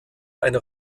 eine